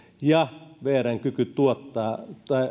ja vrn kyky tuottaa